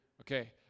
Okay